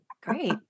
Great